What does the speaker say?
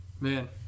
Man